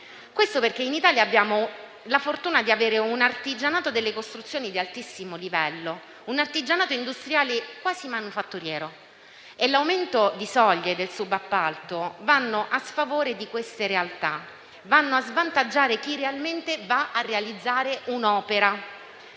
E ciò perché in Italia abbiamo la fortuna di avere un artigianato delle costruzioni di altissimo livello, un artigianato industriale quasi manifatturiero. E l'aumento delle soglie del subappalto va a sfavore di queste realtà; va a svantaggiare chi realmente realizza un'opera